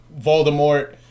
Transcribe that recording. Voldemort